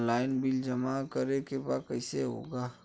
Online bill जमा करे के बा कईसे होगा?